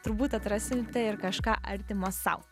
turbūt atrasite ir kažką artimo sau